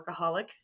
workaholic